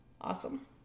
awesome